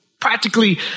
practically